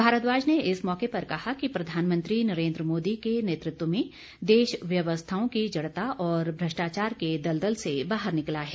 भारद्वाज ने इस मौके पर कहा कि प्रधानमंत्री नरेन्द्र मोदी के नेतृत्व में देश व्यवस्थाओं की जड़ता और भ्रष्टाचार के दलदल से बाहर निकला है